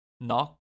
Knock